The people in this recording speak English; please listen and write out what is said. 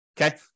Okay